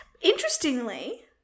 interestingly